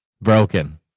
broken